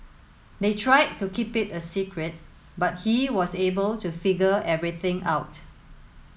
they tried to keep it a secret but he was able to figure everything out